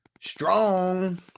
Strong